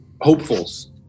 hopefuls